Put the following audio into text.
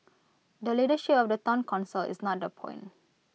the leadership of the Town Council is not the point